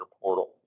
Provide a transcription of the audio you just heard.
portal